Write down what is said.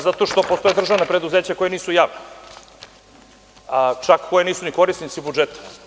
Zato što postoje državna preduzeća koja nisu javna, čak koja nisu ni korisnici budžeta.